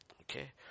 okay